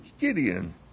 Gideon